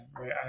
right